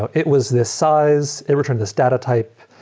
but it was this size, it returned this data type.